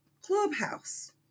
Clubhouse